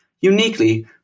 uniquely